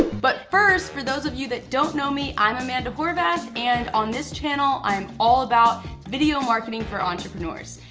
but first, for those of you that don't know me, i'm amanda horvath and on this channel i'm all about video marketing for entrepreneurs.